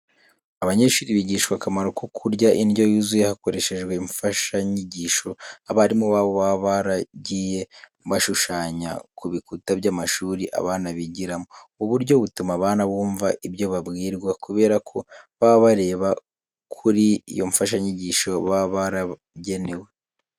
Abanyeshuri bigishwa akamaro ko kurya indyo yuzuye hakoreshejwe imfashanyigisho, abarimu babo baba baragiye bashushanya ku bikuta by'amashuri abana bigiramo. Ubu buryo butuma abana bumva ibyo babwirwa kubera ko baba bareba kuri iyo mfashanyigisho baba baragenewe.